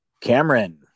Cameron